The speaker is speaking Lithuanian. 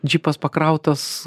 džipas pakrautas